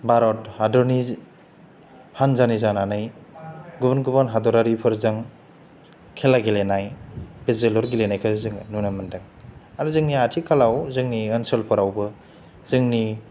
भारत हादरनि हान्जानि जानानै गुबुन गुबुन हादरारिफोरजों खेला गेलेनाय बे जोलुर गेलेनायखौ जोङो नुनो मोनदों आरो जोंनि आथिखालाव जोंनि ओनसोलफोरावबो जोंनि